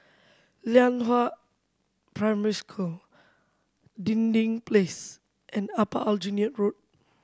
Lianhua Primary School Dinding Place and Upper Aljunied Road